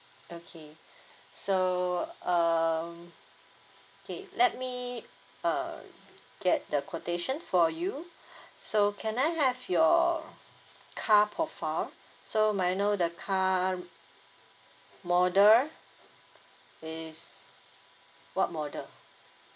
okay so um okay let me uh get the quotation for you so can I have your car profile so may I know the car model is what model